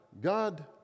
God